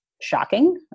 shocking